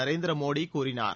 நரேந்திர மோடி கூறினார்